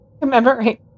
commemorate